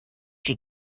she